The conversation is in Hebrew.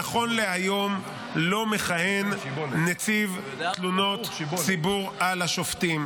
נכון להיום לא מכהן נציב תלונות ציבור על השופטים.